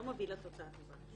לא מביא לתוצאה טובה.